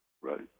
Right